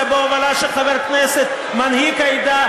בהובלה של חבר הכנסת מנהיג העדה,